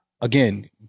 again